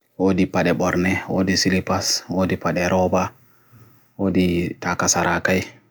Odi pade borne, odi silpas, odi pade roba, odi takasarakay.